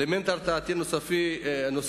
אלמנט הרתעתי נוסף,